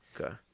Okay